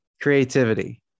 Creativity